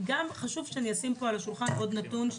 חשוב גם שאני אשים על השולחן עוד נתון,